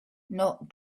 not